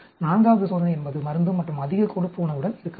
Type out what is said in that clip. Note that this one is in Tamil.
நான்காவது சோதனை என்பது மருந்து மற்றும் அதிக கொழுப்பு உணவுடன் இருக்கலாம்